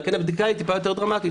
והבדיקה היא טיפה יותר דרמטית.